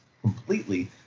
completely